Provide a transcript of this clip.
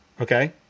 okay